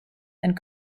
and